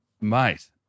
Mate